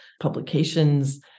publications